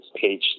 page